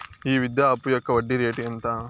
ఈ విద్యా అప్పు యొక్క వడ్డీ రేటు ఎంత?